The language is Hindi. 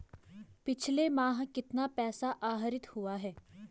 पिछले माह कितना पैसा आहरित हुआ है?